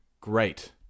great